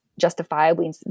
justifiably